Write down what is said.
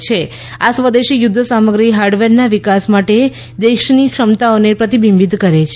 air ચીફે કહ્યું કે આ સ્વદેશી યુદ્ધ સામગ્રી હાર્ડવેરના વિકાસ માટે દેશની ક્ષમતાઓને પ્રતિબિંબિત કરે છે